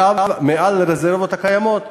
מעל לרזרבות הקיימות.